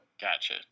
Gotcha